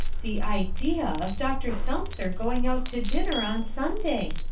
the idea of dr. selmser going out to dinner on sunday!